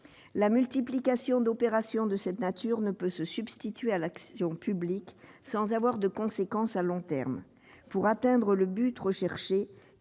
La multiplication d'opérations de cette nature ne peut se substituer à l'action publique sans avoir de conséquences à long terme. Pour atteindre le but visé,